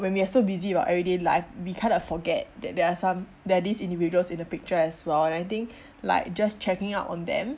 when we are so busy about everyday life we kind of forget that there are some there are these individuals in the picture as well and I think like just checking up on them